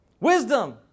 Wisdom